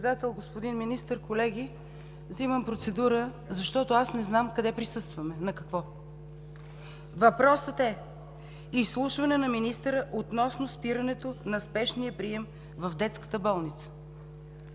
господин Министър, колеги! Взимам процедура, защото аз не знам къде присъствам и на какво? Въпросът е: изслушване на министъра относно спирането на спешния прием в Детската болница.